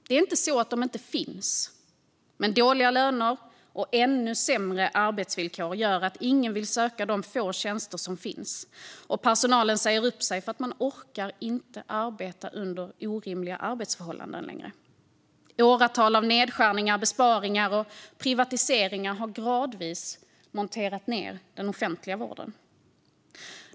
Det är inte så att de inte finns, men dåliga löner och ännu sämre arbetsvillkor gör att ingen vill söka de få tjänster som finns och att personal säger upp sig för att man inte längre orkar arbeta under orimliga förhållanden. Åratal av nedskärningar, besparingar och privatiseringar har gradvis monterat ned den offentliga vården.